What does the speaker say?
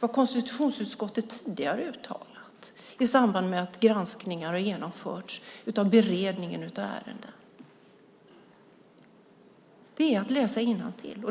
vad konstitutionsutskottet tidigare uttalat i samband med att granskningar har genomförts av beredningen av ärenden. Det är att läsa innantill.